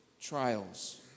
trials